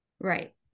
right